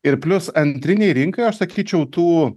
ir plius antrinė rinka aš sakyčiau tų